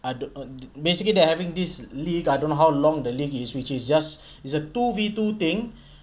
err basically they're having this league I don't know how long the league is which is just it's a two V two thing